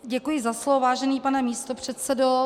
Děkuji za slovo, vážený pane místopředsedo.